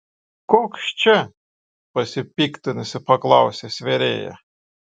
koks čia pasipiktinusi paklausė svėrėja